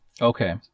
Okay